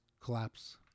collapse